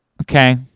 Okay